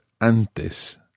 antes